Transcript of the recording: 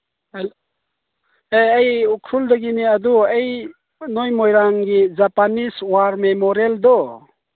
ꯑꯩ ꯑꯦ ꯑꯩ ꯎꯈ꯭ꯔꯨꯜꯗꯒꯤꯅꯦ ꯑꯗꯨ ꯑꯩ ꯅꯣꯏ ꯃꯣꯏꯔꯥꯡꯒꯤ ꯖꯄꯥꯅꯤꯁ ꯋꯥꯔ ꯃꯦꯃꯣꯔꯤꯌꯜꯗꯣ